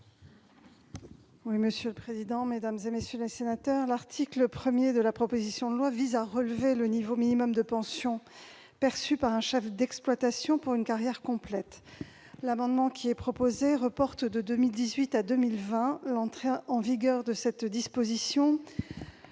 à Mme la ministre. Mesdames, messieurs les sénateurs, l'article 1 de la proposition de loi vise à relever le niveau minimal de pension perçue par un chef d'exploitation pour une carrière complète. Le présent amendement tend à reporter de 2018 à 2020 l'entrée en vigueur de cette disposition.